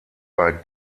bei